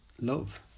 love